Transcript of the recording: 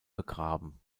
begraben